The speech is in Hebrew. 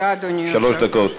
שלוש דקות.